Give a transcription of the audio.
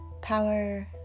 power